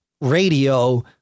radio